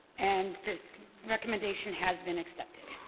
and the recommendation has been accepted